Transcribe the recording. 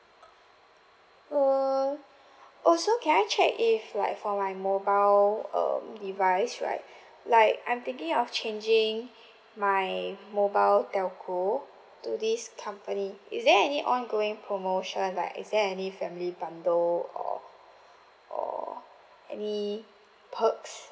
uh oh so can I check if like for my mobile um device right like I'm thinking of changing my mobile telco to this company is there any ongoing promotion like is there any family bundle or or any perks